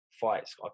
fights